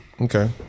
Okay